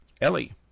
Ellie